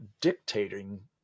dictating